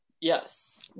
Yes